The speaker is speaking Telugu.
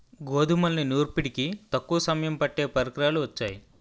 గోధుమల్ని నూర్పిడికి తక్కువ సమయం పట్టే పరికరాలు వొచ్చాయి